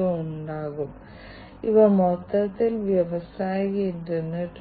ഉണ്ട് ഈ മെഷീനുകൾ ദശാബ്ദങ്ങളായി വിജയകരമായി പ്രവർത്തിക്കുന്നു ഇപ്പോൾ IIoT സംയോജിപ്പിക്കുന്നതോടെ എന്താണ് സംഭവിക്കാൻ പോകുന്നത് ഈ പുതിയ സാങ്കേതികവിദ്യകൾക്കും പുതിയ മെഷീനുകൾ വാങ്ങുന്നതിനും നിങ്ങൾക്ക് പിന്തുണ ഉണ്ടായിരിക്കണം ഇൻസ്റ്റാൾ ചെയ്ത പുതിയ സാങ്കേതികവിദ്യകൾ IIoT പിന്തുണയ്ക്കുന്നു